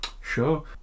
Sure